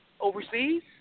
overseas